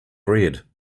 bread